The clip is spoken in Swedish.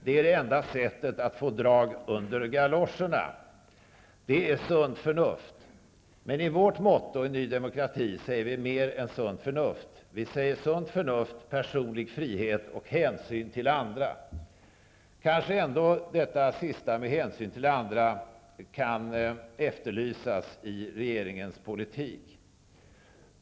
Det är det enda sättet att få drag under galoscherna. Det är sunt förnuft. Men i Ny Demokratis motto ingår vi mer än sunt förnuft. Vi säger sunt förnuft, personlig frihet och hänsyn till andra. Det sista, med hänsyn till andra kan kanske efterlysas i regeringens politik.